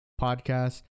podcast